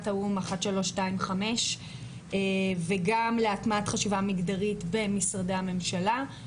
האו"ם 1325 וגם להטמעת חשיבה מגדרית במשרדי הממשלה.